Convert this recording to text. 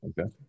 Okay